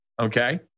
okay